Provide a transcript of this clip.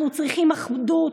אנחנו צריכים אחדות.